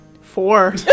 Four